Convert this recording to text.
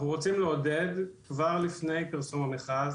אנחנו רוצים לעודד כבר לפני פרסום המכרז,